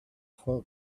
for